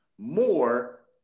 more